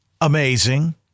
Amazing